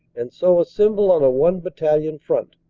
and so assem ble on a one battalion front.